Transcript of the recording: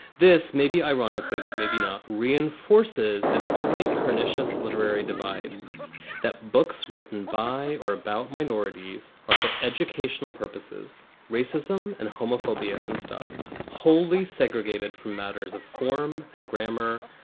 this may be ironically, but maybe not reinforces an already pernicious literary divide that books written by or about minorities are, for educational purposes, racism and homophobia and stuff wholly segregated from matters of form and grammar,